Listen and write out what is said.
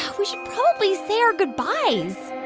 we should probably say our goodbyes